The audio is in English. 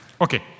Okay